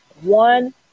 One